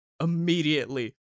immediately